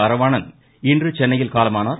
அறவாணன் இன்று சென்னையில் காலமானார்